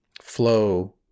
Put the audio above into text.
flow